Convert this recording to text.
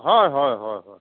হয় হয় হয় হয়